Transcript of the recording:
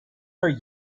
are